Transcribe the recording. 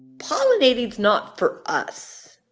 pollinating's not for us